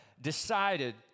decided